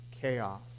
chaos